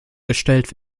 gestellt